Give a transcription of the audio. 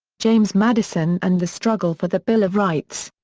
james madison and the struggle for the bill of rights.